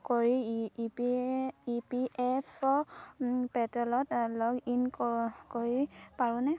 কৰি E P E P F O প'ৰ্টেলত log in কৰি পাৰোঁনে